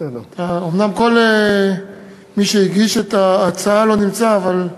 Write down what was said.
אומנם כל מי שהגישו את ההצעה לא נמצאים, אבל,